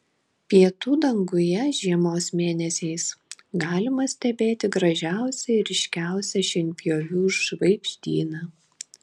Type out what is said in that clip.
pietų danguje žiemos mėnesiais galima stebėti gražiausią ir ryškiausią šienpjovių žvaigždyną